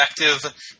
effective